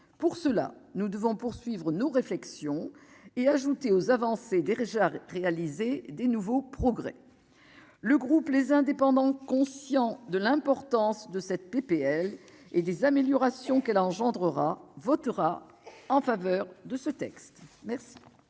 pour cela nous devons poursuivre nos réflexions et ajouter aux avancées déjà réalisées, des nouveaux progrès le groupe, les indépendants, conscient de l'importance de cette PPL et des améliorations qu'elle engendrera votera en faveur de ce texte, merci.